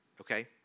okay